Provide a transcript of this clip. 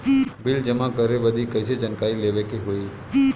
Bill जमा करे बदी कैसे जानकारी लेवे के होई?